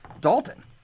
Dalton